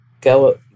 go